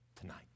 tonight